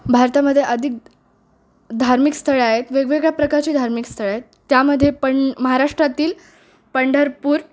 भारतामध्ये अधिक धार्मिक स्थळं आहेत वेगवेगळ्या प्रकारची धार्मिक स्थळं आहेत त्यामध्ये पं महाराष्ट्रातील पंढरपूर